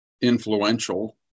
influential